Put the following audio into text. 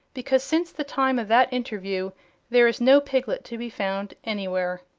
because since the time of that interview there is no piglet to be found anywhere.